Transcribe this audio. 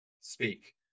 speak